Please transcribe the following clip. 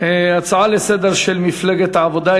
הצעה לסדר-היום של מפלגת העבודה,